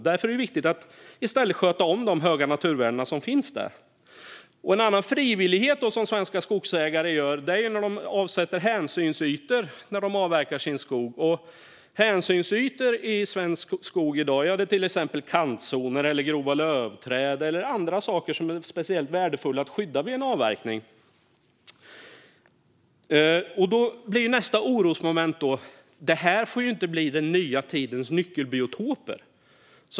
Därför är det viktigt att i stället sköta om de höga naturvärden som finns där. Något annat som svenska skogsägare gör frivilligt är att avsätta hänsynsytor när de avverkar sin skog. Hänsynsytor i svensk skog i dag är till exempel kantzoner, grova lövträd och annat som är särskilt värdefullt att skydda vid en avverkning. Då kommer nästa orosmoment: Det här får inte bli den nya tidens nyckelbiotoper.